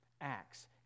Acts